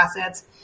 assets